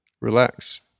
Relax